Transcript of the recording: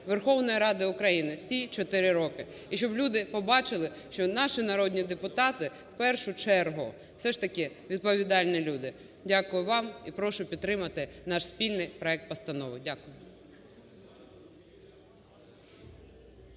Верховної Ради України, всі 4 роки. І щоб люди побачили, що наші народні депутати, в першу чергу, все ж таки відповідальні люди. Дякую вам. І прошу підтримати наш спільний проект постанови. Дякую.